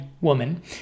woman